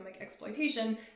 exploitation